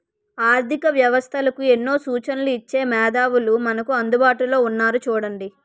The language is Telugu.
ఆర్థిక వ్యవస్థలకు ఎన్నో సూచనలు ఇచ్చే మేధావులు మనకు అందుబాటులో ఉన్నారు చూడండి